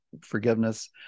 forgiveness